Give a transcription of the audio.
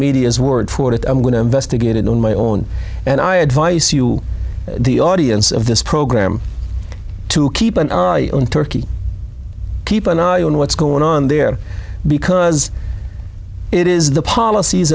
media's word for it i'm going to investigate it on my own and i advice you the audience of this program to keep an eye on turkey keep an eye on what's going on there because it is the policies